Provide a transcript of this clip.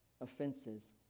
offenses